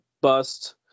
bust